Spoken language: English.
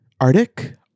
Arctic